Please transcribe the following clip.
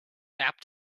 sap